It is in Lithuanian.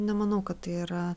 nemanau kad tai yra